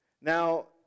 now